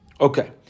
Okay